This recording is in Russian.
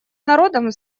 народам